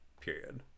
Period